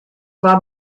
war